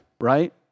right